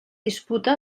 disputa